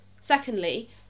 Secondly